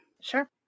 Sure